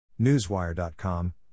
Newswire.com